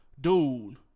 Dude